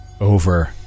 over